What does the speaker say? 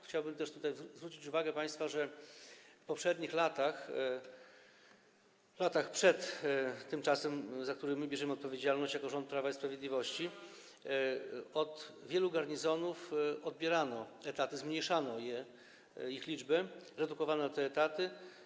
Chciałbym też tutaj zwrócić uwagę państwa, że w poprzednich latach, latach przed tym czasem, za który my bierzemy odpowiedzialność jako rząd Prawa i Sprawiedliwości, w wielu garnizonach odbierano etaty, zmniejszano ich liczbę, redukowano je.